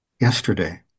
yesterday